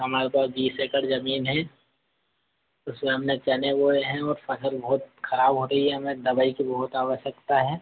हमारे पास बीस एकड़ ज़मीन है उसमें हमने चने बोए हैं और फसल बहुत ख़राब हो रही है हमें दवाई की बहुत आवश्यकता है